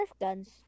guns